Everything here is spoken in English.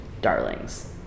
darlings